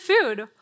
food